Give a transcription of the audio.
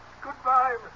Goodbye